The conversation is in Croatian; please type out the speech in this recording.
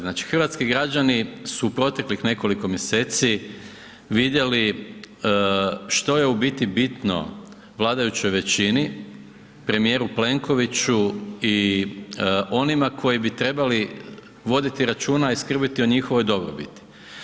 Znači hrvatski građani su proteklih nekoliko mjeseci vidjeli što je u biti bitno vladajućoj većini, premijeru Plenkoviću i onima koji bi trebali voditi računa i skrbiti o njihovoj dobrobiti.